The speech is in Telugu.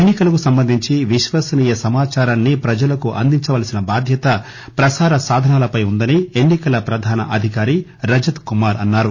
ఎన్ని కలకు సంబంధించి విశ్వసనీయ సమాచారాన్ని ప్రజలకు అందించవలసిన బాధ్యత ప్రసార సాధనాలపై ఉందని ఎన్ని కల ప్రధాన అధికారి రజత్ కుమార్ అన్నారు